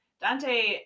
Dante